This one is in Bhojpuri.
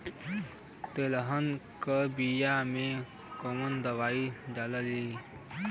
तेलहन के बिया मे कवन दवाई डलाई?